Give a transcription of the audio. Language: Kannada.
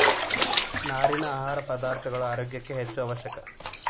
ನಾರಿನ ಆಹಾರ ಪದಾರ್ಥಗಳ ಆರೋಗ್ಯ ಕ್ಕ ಹೆಚ್ಚು ಅವಶ್ಯಕ